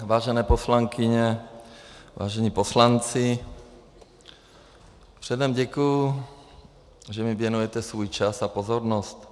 Vážené poslankyně, vážení poslanci, předem děkuji, že mi věnujete svůj čas a pozornost.